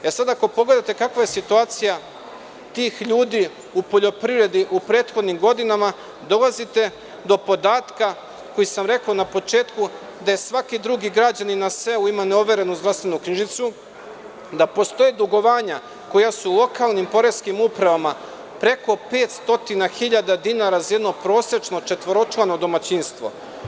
Ako pogledate kakva je situacija tih ljudi u poljoprivredi u prethodnim godinama, dolazite do podatka, koji sam rekao na početku, da svaki drugi građanin na selu ima neoverenu zdravstvenu knjižicu,d a postoje dugovanja koja su u lokalnim poreskim upravama preko 500 hiljada dinara za jedno prosečno četvoročlano domaćinstvo.